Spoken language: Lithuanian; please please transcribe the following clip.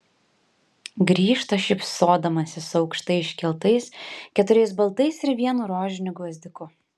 grįžta šypsodamasi su aukštai iškeltais keturiais baltais ir vienu rožiniu gvazdiku